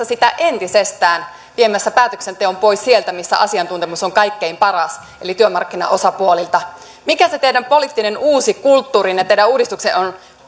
sitä entisestään viemässä päätöksenteon pois sieltä missä asiantuntemus on kaikkein paras eli työmarkkinaosapuolilta mikä se teidän poliittinen uusi kulttuurinne teidän uudistuksenne on